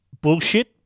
bullshit